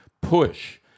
push